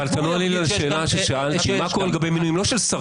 אני שואל לא לגבי מינויים של שרים,